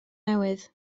newydd